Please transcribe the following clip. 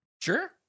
Sure